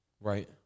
Right